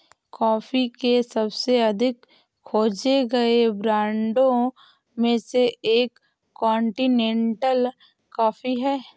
coffee के सबसे अधिक खोजे गए ब्रांडों में से एक कॉन्टिनेंटल कॉफ़ी है